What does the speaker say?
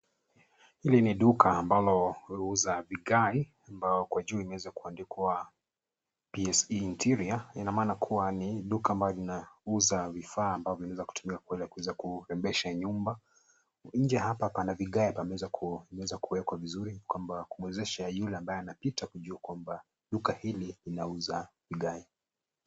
Hili ni duka ambalo huuza vigae, ambalo huko juu limeweza kuandikwa Pse Interiors. Ina maana kuwa ni duka ambalo linauza vifaa ambavyo, vinaweza kutumiwa kuweza kurembesha nyumba. Nje hapa pana vigae, pameweza kuwekwa vizuri kwamba, kuwezesha yule ambaye anapita kujua kwamba, duka hili linauza vigae.